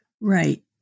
Right